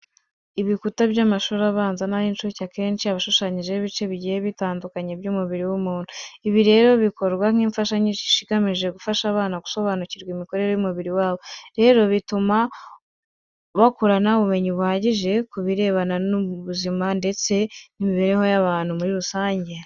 Ibikuta by'amashuri abanza n'ay'incuke akenshi aba ashushanyijeho ibice bigiye bitandukanye by'umubiri w'umuntu. Ibi rero bikorwa nk'imfashanyigisho zigamije gufasha abana gusobanukirwa imikorere y'umubiri wabo. Rero bituma bakurana ubumenyi buhagije ku birebana n'ubuzima ndetse n'imibereho y'abantu muri rusange.